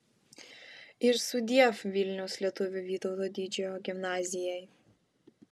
ir sudiev vilniaus lietuvių vytauto didžiojo gimnazijai